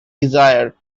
desire